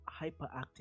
hyperactive